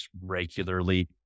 regularly